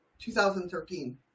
2013